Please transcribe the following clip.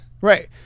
Right